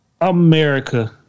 America